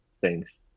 Thanks